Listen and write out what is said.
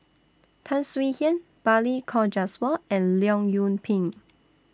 Tan Swie Hian Balli Kaur Jaswal and Leong Yoon Pin